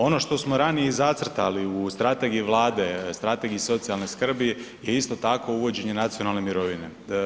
Ono što smo ranije i zacrtali u strategiji Vlade, strategiji socijalne skrbi je isto tako uvođenje nacionalne mirovine.